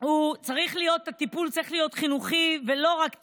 צריך להיות חינוכי ולא רק טיפולי.